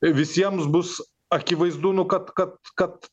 visiems bus akivaizdu nu kad kad kad